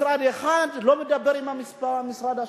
משרד אחד לא מדבר עם המשרד השני.